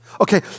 Okay